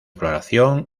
floración